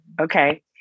okay